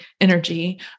energy